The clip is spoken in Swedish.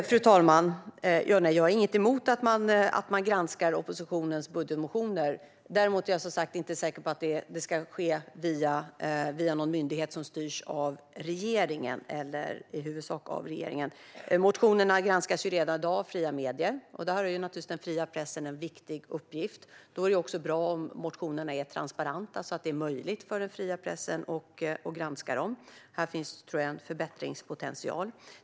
Fru talman! Jag har inget emot att man granskar oppositionens budgetmotioner. Däremot är jag, som sagt, inte säker på att detta ska ske via någon myndighet som styrs av regeringen eller som i huvudsak styrs av regeringen. Motionerna granskas redan i dag av fria medier, och där har den fria pressen naturligtvis en viktig uppgift. Då är det också bra om motionerna är transparenta så att det är möjligt för den fria pressen att granska dem. Här tror jag att det finns en förbättringspotential.